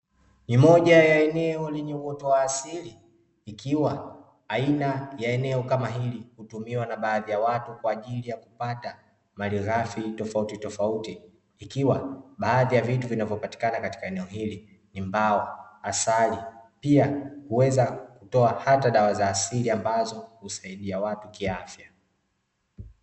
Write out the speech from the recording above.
Ni moja ya eneo lenye uoto wa asili, ikiwa aina ya eneo kama hili hutumiwa na baadhi ya watu kwa ajili ya kupata malighafi tofautitofauti. Ikiwa baadhi ya vitu vinavyopatikana katika eneo hili ni mbao, asali pia huweza kutoa dawa za asili ambazo husaidia watu kiafya.